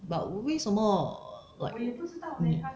but 为什么 like mm